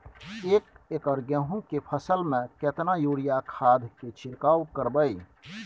एक एकर गेहूँ के फसल में केतना यूरिया खाद के छिरकाव करबैई?